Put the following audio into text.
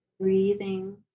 Breathing